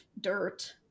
dirt